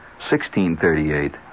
1638